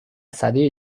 سده